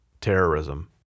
terrorism